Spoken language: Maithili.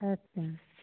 अच्छा